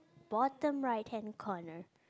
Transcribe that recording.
bottom right hand corner